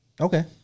Okay